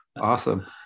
Awesome